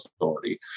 authority